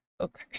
okay